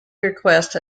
request